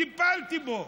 טיפלתי בו.